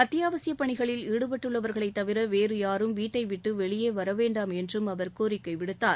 அத்தியாவசியப் பணிகளில் ஈடுபட்டுள்ளவர்களைத் தவிர வேறு யாரும் வீட்டைவிட்டு வெளியே வரவேண்டாம் என்றும் அவர் கோரிக்கை விடுத்தார்